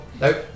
Nope